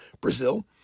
Brazil